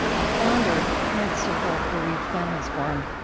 the founder of the parents circle bereaved families forum.